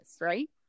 right